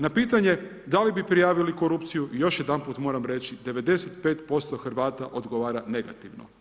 Na pitanje, da li bi prijavili korupciju još jedanput moram reći 95% Hrvata odgovara negativno.